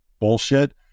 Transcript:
bullshit